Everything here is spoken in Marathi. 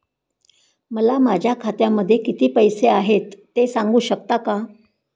मला माझ्या खात्यामध्ये किती पैसे आहेत ते सांगू शकता का?